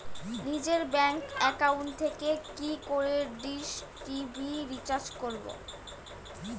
নিজের bank account থেকে কি করে ডিশ টি.ভি রিচার্জ করবো?